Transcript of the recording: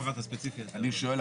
אני שואל,